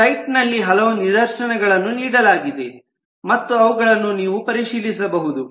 site ನಲ್ಲಿ ಹಲವು ನಿರ್ದೇಶನಗಳನ್ನು ನೀಡಲಾಗಿದೆ ಮತ್ತು ಅವುಗಳನ್ನು ನೀವು ಪರಿಶೀಲಿಸಬಹುದು